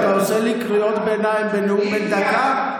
אתה עושה לי קריאות ביניים בנאום בן דקה?